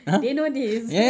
they know this